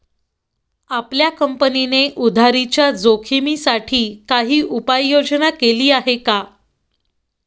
आपल्या कंपनीने उधारीच्या जोखिमीसाठी काही उपाययोजना केली आहे का?